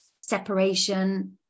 separation